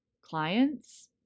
clients